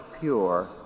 pure